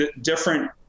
different